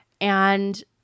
And-